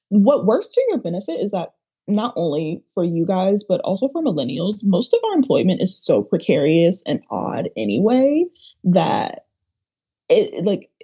what works to your benefit? is that not only for you guys but also for millennials. most of my employment is so precarious and odd. any way that like